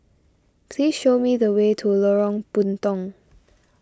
please show me the way to Lorong Puntong